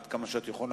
עד כמה שאת יכולה.